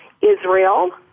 Israel